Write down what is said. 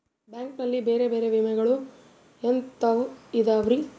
Bank ನಲ್ಲಿ ಬೇರೆ ಬೇರೆ ವಿಮೆಗಳು ಎಂತವ್ ಇದವ್ರಿ?